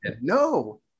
no